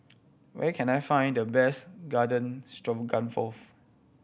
where can I find the best Garden Stroganoff